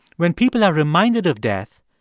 when people are reminded of death,